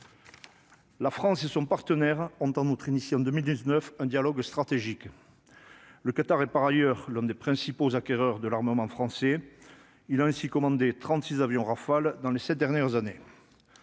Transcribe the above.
La France et son partenaire ont en outre initiée en 2019 un dialogue stratégique, le Qatar est par ailleurs l'un des principaux acquéreurs de l'armement français, il a ainsi commandé 36 avions Rafale dans les 7 dernières années.